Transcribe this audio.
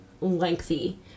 lengthy